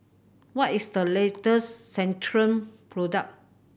what is the latest Centrum product